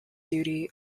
duty